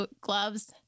gloves